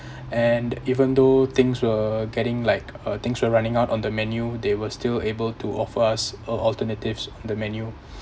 and even though things were getting like uh things were running out on the menu they were still able to offer us uh alternatives the menu